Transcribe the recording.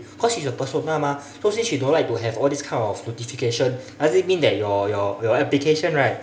cause she is a persona mah so since she don't like to have all these kind of notification does it mean that your your your application right